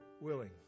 willing